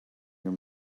your